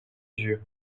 dieu